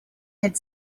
had